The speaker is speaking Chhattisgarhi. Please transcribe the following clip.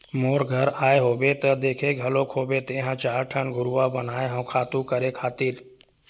मोर घर आए होबे त देखे घलोक होबे तेंहा चार ठन घुरूवा बनाए हव खातू करे खातिर